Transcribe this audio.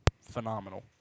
phenomenal